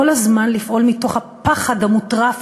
כל הזמן לפעול מתוך הפחד המוטרף,